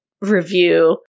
review